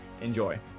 Enjoy